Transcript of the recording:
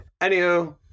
Anywho